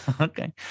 Okay